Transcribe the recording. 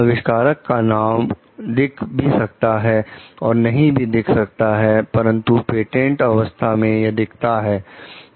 अविष्कारक का नाम दिख भी सकता है और नहीं भी देख सकता परंतु पेटेंट अवस्था में यह दिखेगा